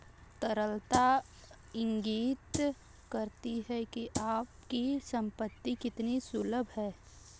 तरलता इंगित करती है कि आपकी संपत्ति कितनी सुलभ है